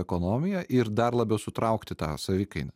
ekonomiją ir dar labiau sutraukti tą savikainą